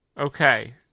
Okay